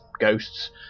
ghosts